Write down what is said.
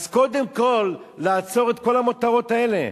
אז קודם כול לעצור את כל המותרות האלה,